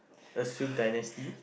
the Song dynasty